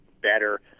better